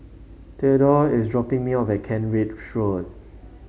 Thedore is dropping me off at Kent Ridge Road